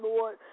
Lord